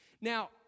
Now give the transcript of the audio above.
Now